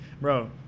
Bro